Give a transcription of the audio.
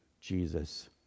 Jesus